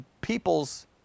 people's